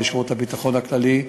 לשירות הביטחון הכללי,